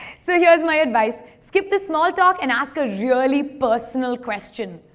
so, here's my advice skip the small talk and ask a really personal question.